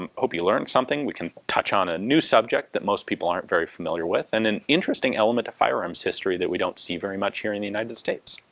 um hope you learned something. we can touch on a new subject that most people aren't very familiar with, and an interesting element of firearms history that we don't see very much here in the united states.